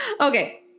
Okay